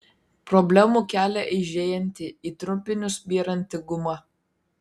problemų kelia eižėjanti į trupinius byranti guma